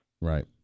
Right